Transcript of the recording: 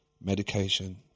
medication